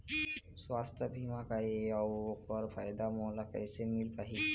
सुवास्थ बीमा का ए अउ ओकर फायदा मोला कैसे मिल पाही?